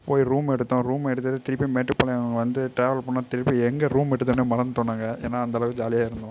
போய் ரூம் எடுத்தோம் ரூம் எடுத்துவிட்டு திருப்பி மேட்டுப்பாளையம் வந்து டிராவல் பண்ணா திருப்பி எங்கே ரூம் எடுத்தோன்னே மறந்துவிட்டோம் நாங்கள் ஏன்னா அந்த அளவுக்கு ஜாலியாக இருந்தோம்